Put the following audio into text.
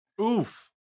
Oof